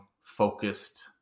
focused